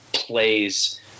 Plays